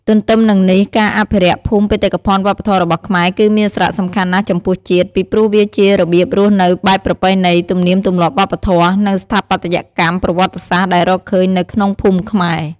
ទន្ទឹមនឹងនេះ ការអភិរក្សភូមិបេតិកភណ្ឌវប្បធម៌របស់ខ្មែរ គឺមានសារៈសំខាន់ណាស់ចំពោះជាតិ ពីព្រោះវាជារបៀបរស់នៅបែបប្រពៃណី ទំនៀមទម្លាប់វប្បធម៌ និងស្ថាបត្យកម្មប្រវត្តិសាស្ត្រដែលរកឃើញនៅក្នុងភូមិខ្មែរ។